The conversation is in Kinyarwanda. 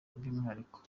by’umwihariko